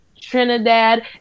Trinidad